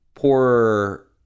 poor